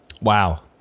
Wow